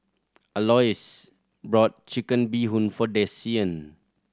Alois brought Chicken Bee Hoon for Desean